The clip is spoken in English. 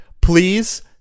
Please